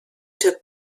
took